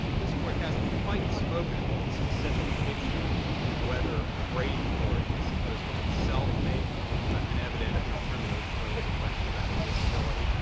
this court hasn't quite spoken to the specific issue of whether a brady court is supposed to itself make an evidentiary determination where there is a question about admissibility,